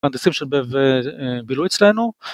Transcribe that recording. מהנדסים של בילו אצלנו.